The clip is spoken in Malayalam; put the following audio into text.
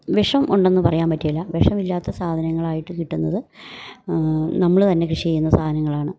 വിഷം ഉണ്ടെന്ന് പറയാൻ പറ്റുകയില്ല വിഷമില്ലാത്ത സാധനങ്ങളായിട്ട് കിട്ടുന്നത് നമ്മള് തന്നെ കൃഷി ചെയ്യുന്ന സാധനങ്ങളാണ്